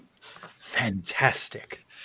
Fantastic